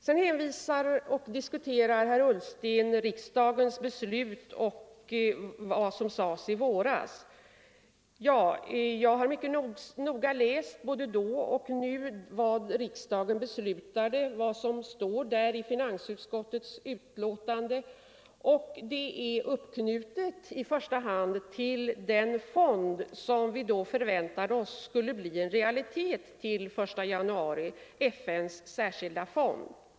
Sedan hänvisade herr Ullsten till riksdagens beslut i våras och vad som sades då. Jag har mycket noga läst — både då och nu — riksdagens beslut och vad som står i finansutskottets betänkande. Det är uppknutet i första hand till den fond som vi då förväntade oss skulle bli en realitet till den 1 januari, FN:s särskilda fond.